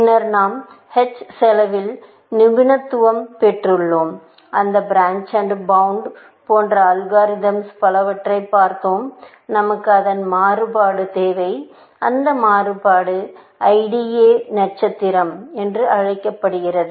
பின்னர் நாம் h செலவில் நிபுணத்துவம் பெற்றுள்ளோம் அந்த பிரான்ச் அண்டு பாண்டு போன்ற அல்காரிதம்ஸ்மற்றும் பலவற்றைப் பார்த்தோம் நமக்கு அதன் மாறுபாடு தேவை அந்த மாறுபாடு IDA நட்சத்திரம் என்று அழைக்கப்படுகிறது